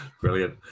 Brilliant